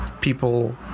people